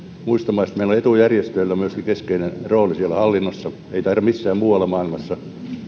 muista maista sikäli että meillä on myöskin etujärjestöillä keskeinen rooli siellä hallinnossa ei taida missään muualla maailmassa